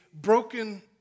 broken